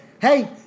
hey